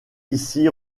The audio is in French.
ici